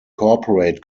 corporate